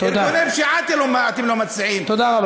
ממשיך לקבל פיצויים וביטוח לאומי וממשיך לקבל את כל הזכויות?